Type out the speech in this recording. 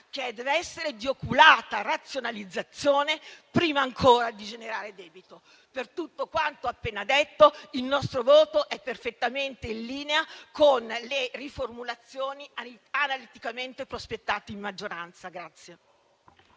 che dev'essere di oculata razionalizzazione, prima ancora di generare debito. Per tutto quanto appena detto, il nostro voto è perfettamente in linea con le riformulazioni analiticamente prospettate in maggioranza.